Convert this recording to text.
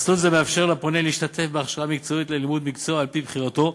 מסלול זה מאפשר לפונה להשתתף בהכשרה מקצועית ללימוד מקצוע על-פי בחירתו.